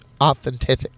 authentic